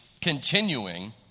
continuing